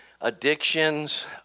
addictions